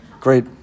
great